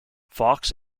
fox